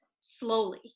slowly